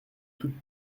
toutes